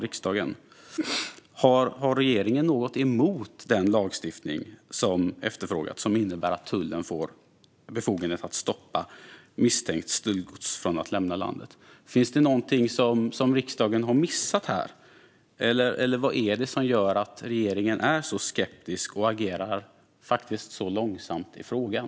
Har regeringen något emot den lagstiftning som efterfrågas och som innebär att tullen får befogenhet att stoppa misstänkt stöldgods från att lämna landet? Har riksdagen missat något, eller vad är det som gör att regeringen är så skeptisk och agerar så långsamt i frågan?